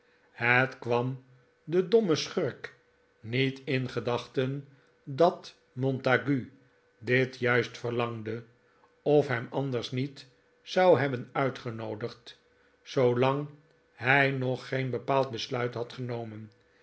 het kwam den dommen schurk niet in de gedachten dat montague dit juist verlangde of hem anders niet zou hebben uitgenoodigd zoolang hij nog geen bepaald besluit had genomen